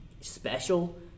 special –